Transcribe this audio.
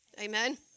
Amen